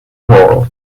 world